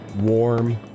warm